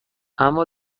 اما